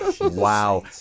Wow